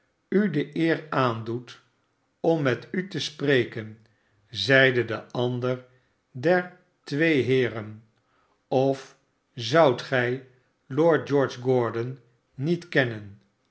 u de eer aandoet om met u te spreken zeide de ander der twee heeren of zoudt gij lord george gordon niet kennen